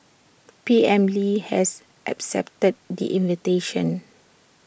P M lee has accepted the invitation